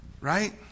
Right